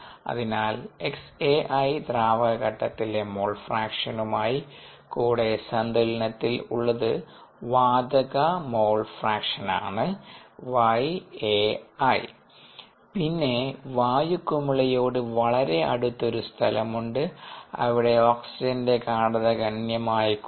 അതിനാൽ xAi ദ്രാവക ഘട്ടത്തിലെ മോൾ ഫ്രാക്ഷനു മായി കൂടെ സന്തുലനത്തിൽ ഉള്ളത് വാതക മോൾ ഫ്രാക്ഷനാണ് yAi പിന്നെ വായു കുമിളയോട് വളരെ അടുത്തൊരു സ്ഥലമുണ്ട് അവിടെ ഓക്സിജന്റെ ഗാഢത ഗണ്യമായി കുറയും